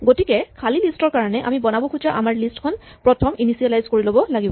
গতিকে খালী লিষ্ট ৰ কাৰণে আমি বনাব খোজা আমাৰ লিষ্ট খন প্ৰথম ইনিচিয়েলাইজ কৰি ল'ব লাগিব